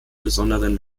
besonderen